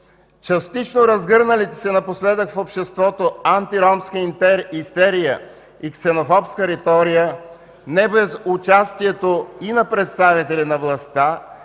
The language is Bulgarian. Частично разгърналата се напоследък в обществото антиромска истерия и ксенофобска риторика не без участието и на представители на властта